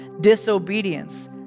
disobedience